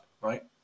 right